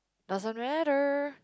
doesn't matter